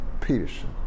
Peterson